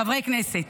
חברי הכנסת,